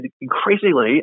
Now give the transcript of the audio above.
increasingly